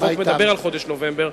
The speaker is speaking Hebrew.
החוק מדבר על חודש נובמבר.